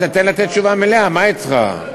תן לתת תשובה מלאה, מה אתך?